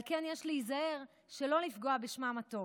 על כן יש להיזהר שלא לפגוע בשמם הטוב,